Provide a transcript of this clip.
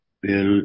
Bill